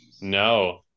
No